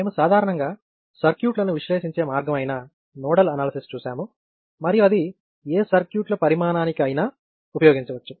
మేము సాధారణంగా సర్క్యూట్లను విశ్లేషించే మార్గం అయిన నోడల్ అనాలసిస్ చూశాము మరియు అది ఏ సర్క్యూట్ ల పరిమాణానికి అయినా ఉపయోగించవచ్చు